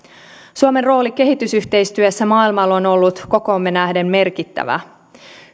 suomen rooli kehitysyhteistyössä maailmalla on ollut kokoomme nähden merkittävä